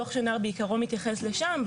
דוח שנהר בעיקרו מתייחס לשם,